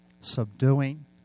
subduing